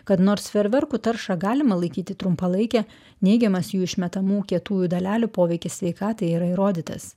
kad nors ferverkų taršą galima laikyti trumpalaike neigiamas jų išmetamų kietųjų dalelių poveikis sveikatai yra įrodytas